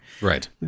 Right